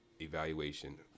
evaluation